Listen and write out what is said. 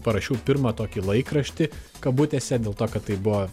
parašiau pirmą tokį laikraštį kabutėse dėl to kad tai buvo